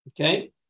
okay